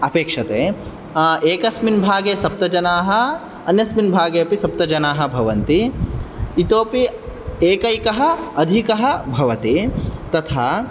अपेक्षते एकस्मिन् भागे सप्तजनाः अन्यस्मिन् भागेऽपि सप्तजनाः भवन्ति इतोऽपि एकैकः अधिकः भवति तथा